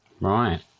Right